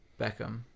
Beckham